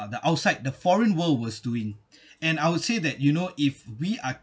uh the outside the foreign world was doing and I would say that you know if we are